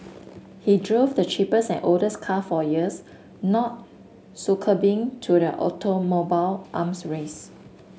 he drove the cheapest at oldest car for years not succumbing to the automobile arms race